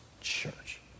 church